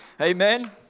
Amen